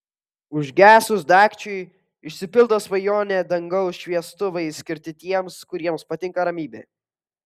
užgesus dagčiui išsipildo svajonė dangaus šviestuvai skirti tiems kuriems patinka ramybė